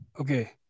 okay